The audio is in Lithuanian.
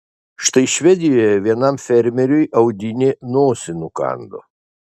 štai švedijoje vienam fermeriui audinė nosį nukando